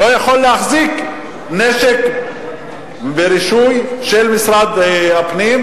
לא יכול להחזיק נשק ברישוי משרד הפנים,